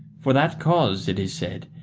for that cause, it is said,